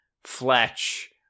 Fletch